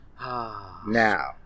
Now